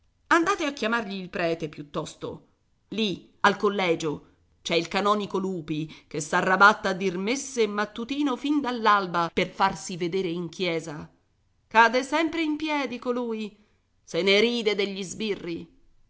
andate a chiamargli il prete piuttosto lì al collegio c'è il canonico lupi che s'arrabatta a dir messe e mattutino fin dall'alba per farsi vedere in chiesa cade sempre in piedi colui se ne ride degli sbirri